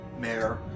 mayor